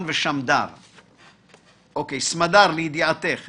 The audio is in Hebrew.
לטיוטה הזאת,